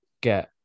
get